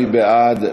מי בעד?